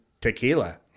tequila